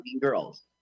girls